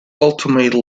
ultimately